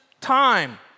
time